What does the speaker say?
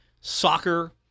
soccer